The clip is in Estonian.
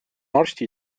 arsti